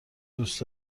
دوست